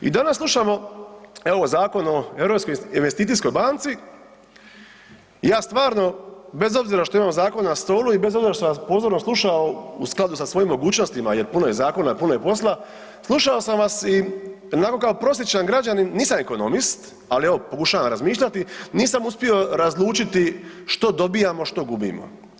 I danas slušamo evo Zakon o Europskoj investicijskoj banci i ja stvarno bez obzira što imam zakon na stolu i bez obzira što vas pozorno slušao u skladu sa svojim mogućnosti jer puno je zakona, puno je posla, slušao sam vas i onako kao prosječni građanin, nisam ekonomist, ali evo pokušavam razmišljati nisam uspio razlučiti što dobijamo, što gubimo.